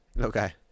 Okay